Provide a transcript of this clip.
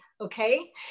Okay